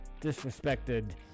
disrespected